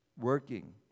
working